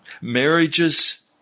marriages